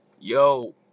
Yo